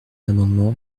l’amendement